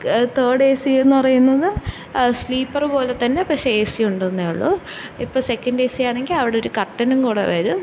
third A C എന്ന് പറയുന്നത് sleeper പോലെത്തന്നെ പക്ഷെ ഏ സി ഉണ്ടെന്നേ ഉള്ളൂ ഇപ്പോള് സെക്കൻറ്റ് ഏ സിയാണെങ്കില് അവടൊരു കർട്ടനുംകൂടെ വരും